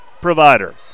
provider